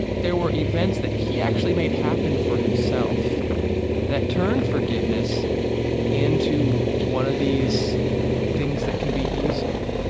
there were events that he actually made happen for himself that turned forgiveness into one of these things that can be easier.